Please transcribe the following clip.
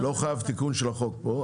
לא חייב תיקון של החוק פה,